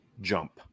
jump